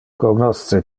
cognosce